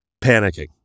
Panicking